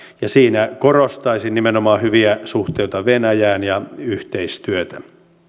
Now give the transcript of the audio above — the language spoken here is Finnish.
ja siinä korostaisin nimenomaan hyviä suhteita venäjään ja yhteistyötä